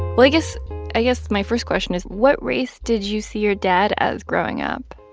well, i guess i guess my first question is, what race did you see your dad as growing up?